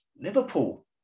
liverpool